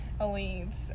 elites